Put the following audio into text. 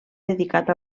dedicat